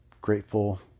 grateful